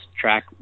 track